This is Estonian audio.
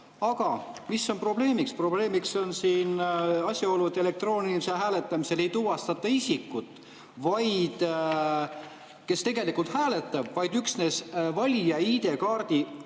Aga mis on probleemiks? Probleemiks on siin asjaolu, et elektroonilisel hääletamisel ei tuvastata isikut, kes tegelikult hääletab. On üksnes valija ID-kaardi